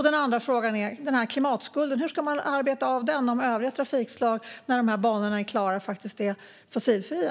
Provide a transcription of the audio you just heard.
Den andra frågan är: Hur ska man arbeta av klimatskulden om övriga trafikslag är fossilfria när banorna är klara?